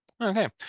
Okay